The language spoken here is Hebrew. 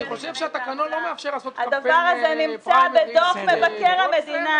אני חושב שהתקנון לא מאפשר לעשות קמפיין פריימריז במהלך הישיבה.